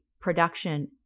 production